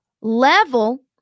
level